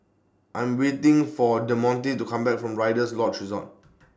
I'm waiting For Demonte to Come Back from Rider's Lodge Resort